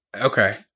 Okay